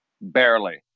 barely